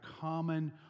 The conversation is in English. common